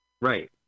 Right